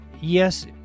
Yes